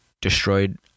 destroyed